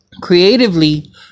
creatively